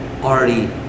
already